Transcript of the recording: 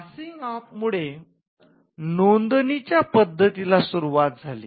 passing off मुळे नोंदणीच्या पद्धतीचा सुरुवात झाली